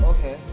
Okay